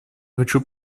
хочу